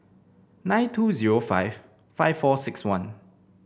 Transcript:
nine two zero five five four six one